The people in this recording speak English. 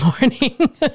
morning